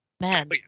Man